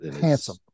Handsome